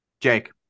Jake